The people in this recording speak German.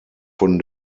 von